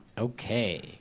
Okay